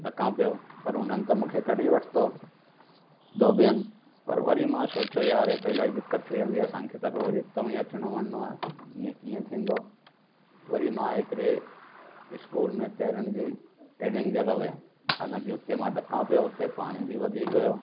ॾका पियो पर उन्हनि त मूंखे कढी वठितो धोबीअनि पर वरी मां सोचो यार हीय त इलाही दिक़त थी वेंदी असांखे त रोज हितो ई अचिणो वञिणो आहे हीअं कीअं थींदो वरी मां हिकिड़े इस्कूल में तैरण जी ट्रेनिंग जे लाइ वियुमि हालांकि हुते मां ॾका पियो हुते पाणी बि वधीक हुयो